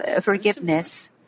forgiveness